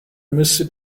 müsste